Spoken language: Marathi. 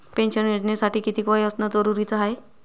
पेन्शन योजनेसाठी कितीक वय असनं जरुरीच हाय?